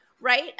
right